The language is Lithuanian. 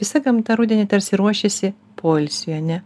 visa gamta rudenį tarsi ruošiasi poilsiui ane